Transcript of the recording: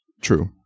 True